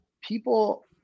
people